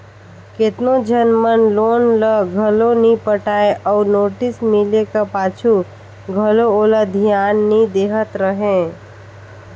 केतनो झन मन लोन ल घलो नी पटाय अउ नोटिस मिले का पाछू घलो ओला धियान नी देहत रहें